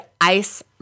ice